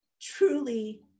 truly